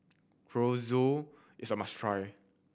chorizo is a must try